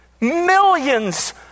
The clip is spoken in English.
Millions